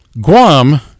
Guam